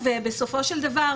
בסופו של דבר,